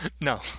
No